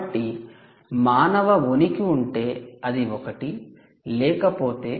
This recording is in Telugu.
కాబట్టి మానవ ఉనికి ఉంటే అది '1' లేకపోతే అది '0'